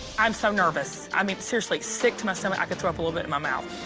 i'm so nervous. i mean, seriously, sick to my stomach. i could throw up a little bit in my mouth.